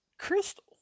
Crystal